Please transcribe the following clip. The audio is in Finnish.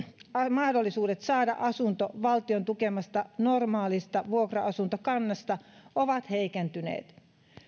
mahdollisuudet saada asunto valtion tukemasta normaalista vuokra asuntokannasta ovat heikentyneet